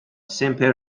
simple